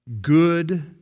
good